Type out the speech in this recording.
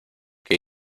que